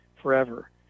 forever